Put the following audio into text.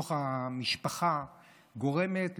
בתוך המשפחה גורמת,